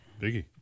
biggie